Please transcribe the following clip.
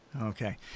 Okay